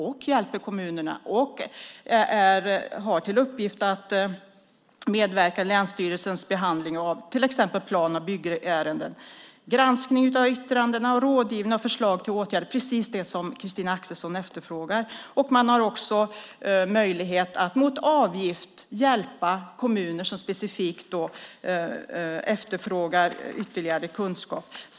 Det hjälper kommunerna och har till uppgift att medverka i länsstyrelsernas behandling av till exempel plan och byggärenden, granskning av yttranden och rådgivning vid förslag till åtgärder. Det är precis som Christina Axelsson efterfrågar. Man har också möjlighet att mot avgift hjälpa kommuner som specifikt efterfrågar ytterligare kunskap.